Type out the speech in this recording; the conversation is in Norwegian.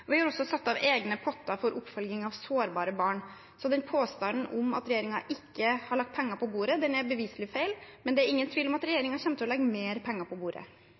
Vi har også satt av egne potter for oppfølging av sårbare barn. Så påstanden om at regjeringen ikke har lagt penger på bordet, er beviselig feil, men det er ingen tvil om at regjeringen kommer til å legge mer penger på bordet.